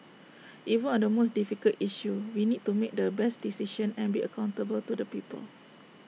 even on the most difficult issue we need to make the best decision and be accountable to the people